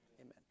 Amen